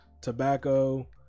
tobacco